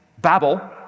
Babel